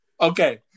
Okay